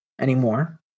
anymore